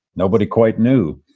nobody quite knew.